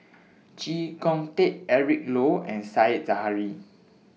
Chee Kong Tet Eric Low and Said Zahari